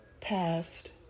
passed